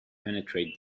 penetrate